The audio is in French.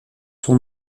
son